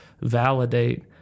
validate